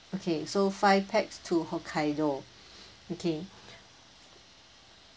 okay so five pax to hokkaido okay